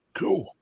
cool